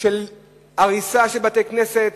של הריסת בתי-כנסת,